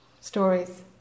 stories